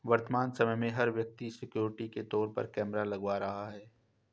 वर्तमान समय में, हर व्यक्ति सिक्योरिटी के तौर पर कैमरा लगवा रहा है